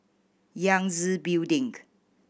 Yangtze Building